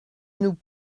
nous